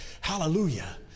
Hallelujah